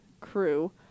crew